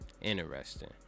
Interesting